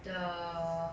the